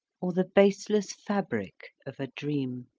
or the baseless fabric of a dream.